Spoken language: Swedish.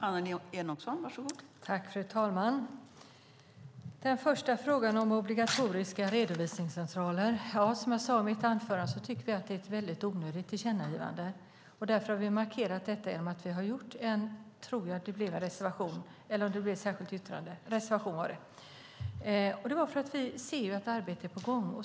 Fru talman! Angående frågan om obligatoriska redovisningscentraler tycker vi att det är ett väldigt onödigt tillkännagivande, som jag sade i mitt anförande. Detta har vi markerat genom en reservation. Vi ser att arbete är på gång.